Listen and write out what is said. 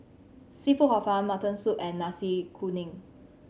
seafood Hor Fun mutton soup and Nasi Kuning